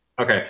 Okay